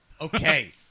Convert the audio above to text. okay